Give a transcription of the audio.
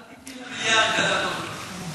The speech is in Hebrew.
אל תיתני למליאה הריקה להטעות אותך.